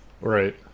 Right